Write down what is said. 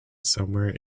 somewhere